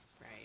Right